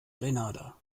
grenada